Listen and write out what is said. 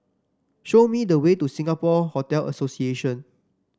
show me the way to Singapore Hotel Association